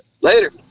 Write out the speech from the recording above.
later